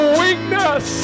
weakness